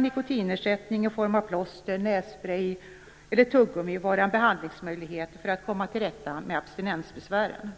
Nikotinersättning i form av plåster, nässpray eller tuggummi kan vara en möjlig behandling för att de skall komma till rätta med abstinensbesvären.